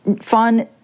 fun